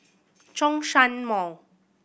Zhongshan Mall